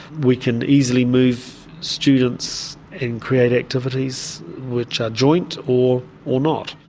we can easily move students and create activities which are joint or or not.